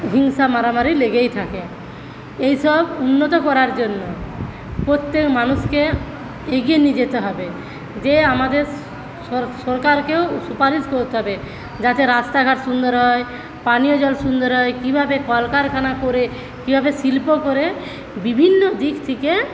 হিংসা মারামারি লেগেই থাকে এইসব উন্নত করার জন্য প্রত্যেক মানুষকে এগিয়ে নিয়ে যেতে হবে যে আমাদের সরকারকেও সুপারিশ করতে হবে যাতে রাস্তাঘাট সুন্দর হয় পানীয় জল সুন্দর হয় কীভাবে কলকারখানা করে কীভাবে শিল্প করে বিভিন্নদিক থেকে